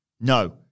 No